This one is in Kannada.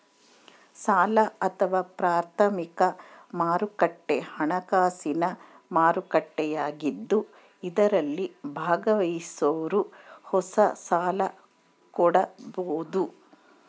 ಸಾಲ ಅಥವಾ ಪ್ರಾಥಮಿಕ ಮಾರುಕಟ್ಟೆ ಹಣಕಾಸಿನ ಮಾರುಕಟ್ಟೆಯಾಗಿದ್ದು ಇದರಲ್ಲಿ ಭಾಗವಹಿಸೋರು ಹೊಸ ಸಾಲ ಕೊಡಬೋದು